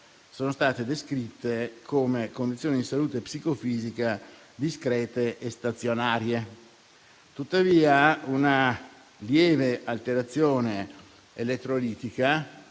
sono state descritte come condizioni di salute psicofisica discrete e stazionarie. Tuttavia, una lieve alterazione elettrolitica